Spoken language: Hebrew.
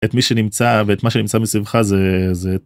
את מי שנמצא ואת מה שנמצא מסביבך זה.